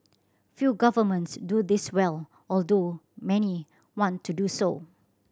few governments do this well although many want to do so